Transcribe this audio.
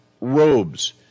robes